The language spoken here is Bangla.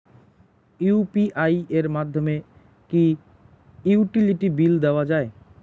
ইউ.পি.আই এর মাধ্যমে কি ইউটিলিটি বিল দেওয়া যায়?